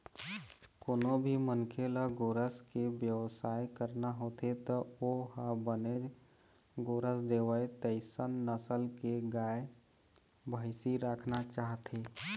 कोनो भी मनखे ल गोरस के बेवसाय करना होथे त ओ ह बने गोरस देवय तइसन नसल के गाय, भइसी राखना चाहथे